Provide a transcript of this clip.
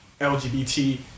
LGBT